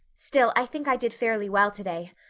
still, i think i did fairly well today.